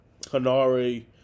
Hanare